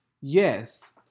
Yes